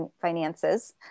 finances